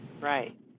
Right